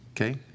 Okay